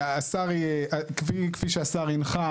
כפי שהשר הנחה,